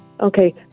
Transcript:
okay